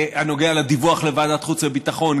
הנוגע לדיווח לוועדת החוץ והביטחון,